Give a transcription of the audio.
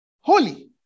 holy